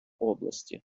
області